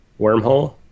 Wormhole